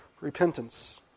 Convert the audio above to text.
repentance